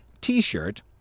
T-shirt